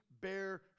bear